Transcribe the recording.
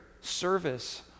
service